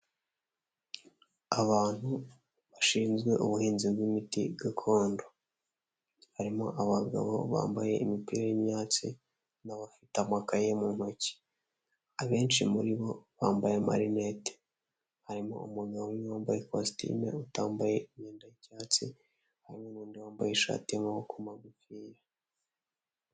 Abantu bashinzwe ubuhinzi bw'imiti gakondo, harimo abagabo bambaye imipira y'ibyatsi n'abafite amakaye mu ntoki, abenshi muri bo bambaye amarinete, harimo umugabo umwe wambaye ikositimu utambaye imyenda y'icyatsi hamwe n'uwundi wambaye ishati y'amaboko magufiya.